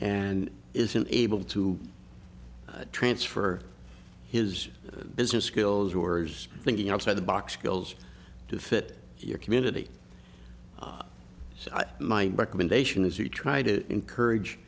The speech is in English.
and isn't able to transfer his business skills or is thinking outside the box skills to fit your community so my recommendation is you try to encourage